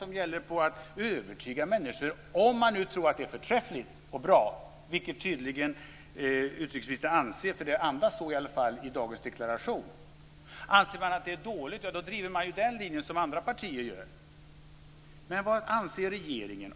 Det gäller att övertyga människor om man nu tror att det är förträffligt och bra, vilket tydligen utrikesministern anser, för det andas i alla fall i dagens deklaration. Anser man att det är dåligt driver man den linje som andra partier gör. Men vad anser regeringen?